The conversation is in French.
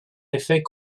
effet